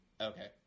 Okay